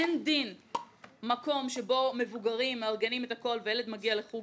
אין דין מקום שבו מבוגרים מארגנים את הכול והילד מגיע לחוג